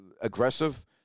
aggressive